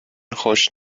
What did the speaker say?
خوش